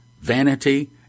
vanity